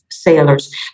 Sailors